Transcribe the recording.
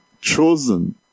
chosen